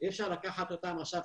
כלומר,